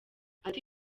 ati